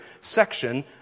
section